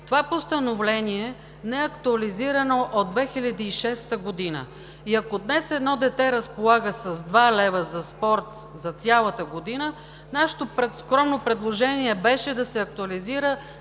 Това постановление не е актуализирано от 2006 г. и, ако днес едно дете разполага с два лева за спорт за цялата година, нашето скромно предложение беше да се актуализира